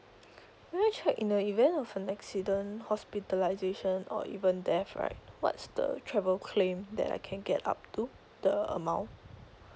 may I check in the event of an accident hospitalization or even death right what's the travel claim that I can get up to the amount